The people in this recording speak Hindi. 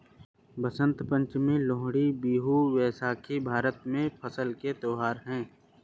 बसंत पंचमी, लोहड़ी, बिहू, बैसाखी भारत में फसल के त्योहार हैं